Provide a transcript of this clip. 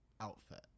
outfit